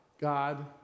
God